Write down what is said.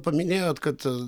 paminėjot kad